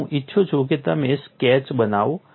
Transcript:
હું ઇચ્છું છું કે તમે સ્કેચ બનાવો